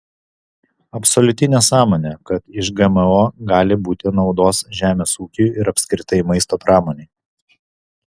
absoliuti nesąmonė kad iš gmo gali būti naudos žemės ūkiui ir apskritai maisto pramonei